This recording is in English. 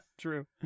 true